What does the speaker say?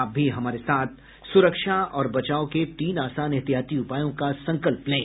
आप भी हमारे साथ सुरक्षा और बचाव के तीन आसान एहतियाती उपायों का संकल्प लें